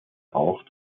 auch